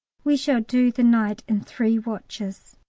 we shall do the night in three watches.